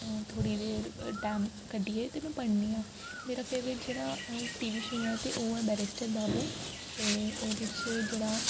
थोह्ड़ी देर टाइम कड्ढियै ते में पढ़नी आं मेरा फेवरेट जेह्ड़ा टी वी शो ऐ ते ओह् ऐ बैरिस्टर बाबू ते ओह्दे च जेह्ड़ा